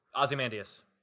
ozymandias